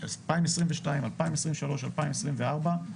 2022-2023-2024,